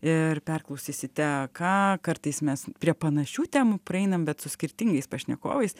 ir perklausysite ką kartais mes prie panašių temų prieinam bet su skirtingais pašnekovais